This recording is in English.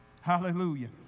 Hallelujah